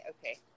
okay